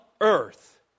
earth